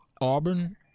Auburn